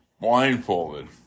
blindfolded